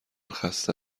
خسته